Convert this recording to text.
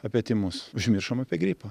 apie tymus užmiršom apie gripą